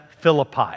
Philippi